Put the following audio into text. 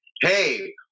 Hey